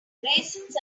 raisins